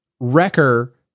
wrecker